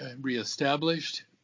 reestablished